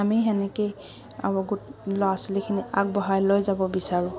আমি তেনেকেই আমাৰ ল'ৰা ছোৱালীখিনিক আগবঢ়াই লৈ যাব বিচাৰোঁ